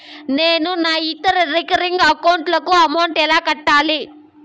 నేను నా ఇతర రికరింగ్ అకౌంట్ లకు అమౌంట్ ఎలా కట్టాలి?